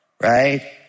Right